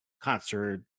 concert